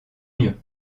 mieux